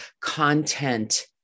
content